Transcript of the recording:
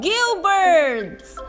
Gilbert's